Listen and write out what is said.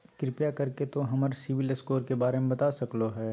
कृपया कर के तों हमर सिबिल स्कोर के बारे में बता सकलो हें?